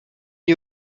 est